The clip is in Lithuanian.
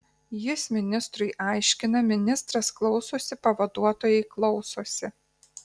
jis ministrui aiškina ministras klausosi pavaduotojai klausosi